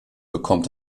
bekommt